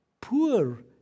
poor